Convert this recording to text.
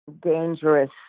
dangerous